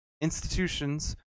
institutions